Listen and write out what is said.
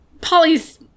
Polly's